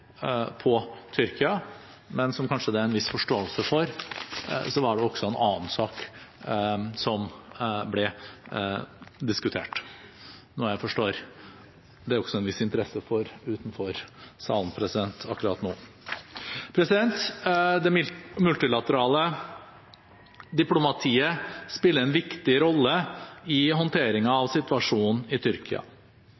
på Tyrkia, men som det kanskje er en viss forståelse for, var det også en annen sak som ble diskutert, noe jeg forstår det også er en viss interesse for utenfor salen akkurat nå. Det multilaterale diplomatiet spiller en viktig rolle i